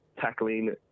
tackling